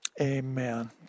amen